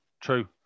true